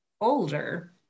older